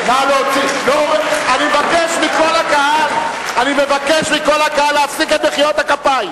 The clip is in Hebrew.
אני מבקש מכל הקהל להפסיק את מחיאות הכפיים.